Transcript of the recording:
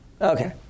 Okay